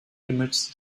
images